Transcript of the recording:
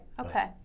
okay